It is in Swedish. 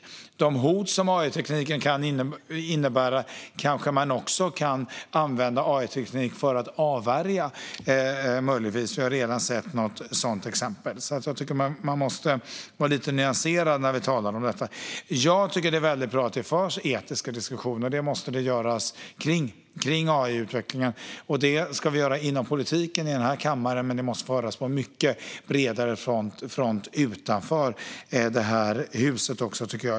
De hot som AI-tekniken kan innebära kanske man också kan använda AI-teknik för att avvärja. Vi har redan sett något sådant exempel. Jag tycker att man måste vara lite mer nyanserad när man talar om detta. Jag tycker att det är väldigt bra att det förs etiska diskussioner; det måste man göra kring AI-utvecklingen. Det ska vi göra inom politiken, i den här kammaren, men det måste också föras sådana diskussioner på mycket bredare front utanför det här huset.